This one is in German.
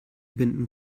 binden